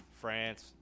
france